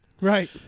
Right